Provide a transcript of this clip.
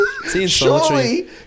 Surely